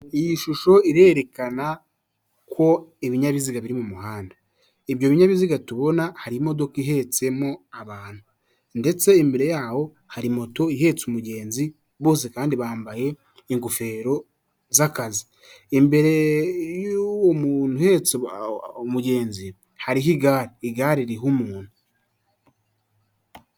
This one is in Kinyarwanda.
Iyi shusho irerekana ko ibinyabiziga biri mu muhanda ibyo binyabiziga tubona hari imodoka ihetsemo abantu ndetse imbere yaho hari moto ihetse umugenzi bose kandi bambaye ingofero z'akazi, imbere y'uwo muntu uhetse umugenzi hari igare, igare ririho umuntu.